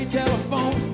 telephone